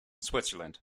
switzerland